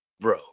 Bro